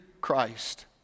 Christ